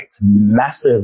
massive